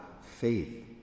faith